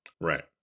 Right